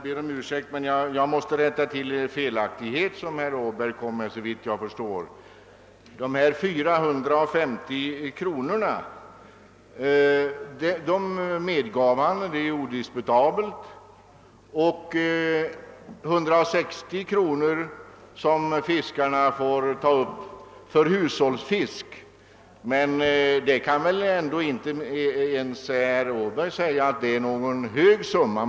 Herr talman! Jag måste rätta till en felaktighet som herr Åberg gjorde sig skyldig till. Herr Åberg medgav att jag hade rätt beträffande de 450 kronorna och beträffande de 160 kronor som fiskarna får ta upp för hushållsfisk. Men inte ens herr Åberg kan väl säga att det är någon hög summa.